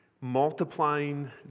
multiplying